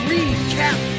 Recap